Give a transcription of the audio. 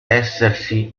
essersi